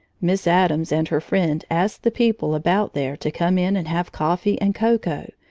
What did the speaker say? miss addams and her friend asked the people about there to come in and have coffee and cocoa,